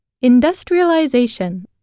industrialization